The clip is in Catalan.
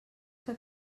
que